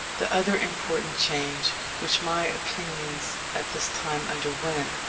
the other important change which my opinions at this time underwent,